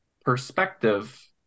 perspective